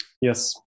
yes